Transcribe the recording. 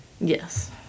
Yes